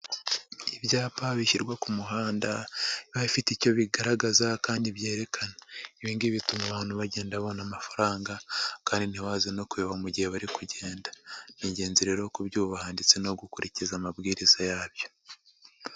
lbyapa bishyirwa ku muhanda biba bifite icyo bigaragaza kandi byerekana ,ibi ngibi bituma abantu bagenda babona amafaranga ,kandi ntibaze no kuyoba mu gihe bari kugenda, n'igenzi rero kubyubaha ndetse no gukurikiza amabwiriza yabyo.